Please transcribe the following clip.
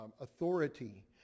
authority